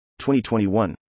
2021